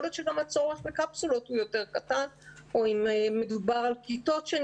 יכול להיות שגם הצורך בקפסולות הוא יותר קטן או עם מדובר על כיתות שהן